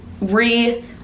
re-